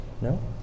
No